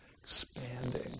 expanding